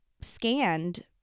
scanned